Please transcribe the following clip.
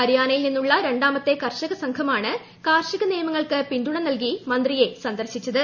ഹരിയാനയിൽ നിന്നുള്ള രണ്ടാമത്തെ കർഷകസംഘമാണ് കാർഷിക നിയമങ്ങൾക്ക് പിന്തുണ നൽകി മന്ത്രിയെ സന്ദർശിച്ചത്